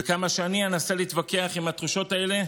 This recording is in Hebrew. וכמה שאני אנסה להתווכח עם התחושות האלה,